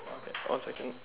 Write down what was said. okay one second